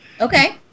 Okay